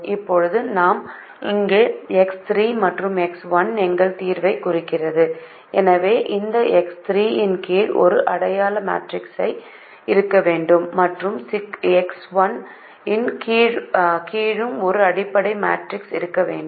இப்போது இங்கே எக்ஸ் 3 மற்றும் எக்ஸ் 1 எங்கள் தீர்வைக் குறிக்கின்றன எனவே இந்த எக்ஸ் 3 இன் கீழ் ஒரு அடையாள மேட்ரிக்ஸ் இருக்க வேண்டும் மற்றும் எக்ஸ் 1 இன் கீழும் ஒரு அடையாள மேட்ரிக்ஸ் இருக்க வேண்டும்